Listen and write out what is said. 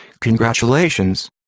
Congratulations